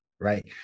Right